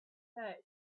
search